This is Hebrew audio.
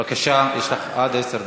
בבקשה, יש לך עד עשר דקות.